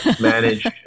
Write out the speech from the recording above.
manage